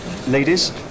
Ladies